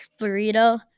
burrito